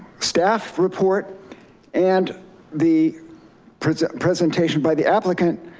staff report and the present presentation by the applicant.